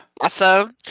awesome